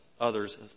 others